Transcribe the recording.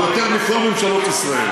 יותר מכל ממשלות ישראל.